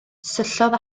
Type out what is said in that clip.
syllodd